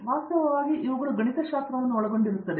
ವಾಸ್ತವವಾಗಿ ಇವುಗಳು ಗಣಿತಶಾಸ್ತ್ರವನ್ನು ಒಳಗೊಂಡಿರುತ್ತವೆ